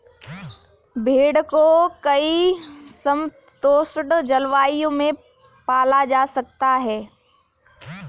भेड़ को कई समशीतोष्ण जलवायु में पाला जा सकता है